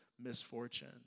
misfortune